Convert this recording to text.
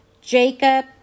jacob